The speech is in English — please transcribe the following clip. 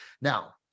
Now